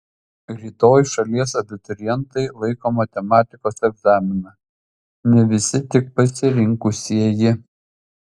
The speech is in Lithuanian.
rytoj šalies abiturientai laiko matematikos egzaminą ne visi tik pasirinkusieji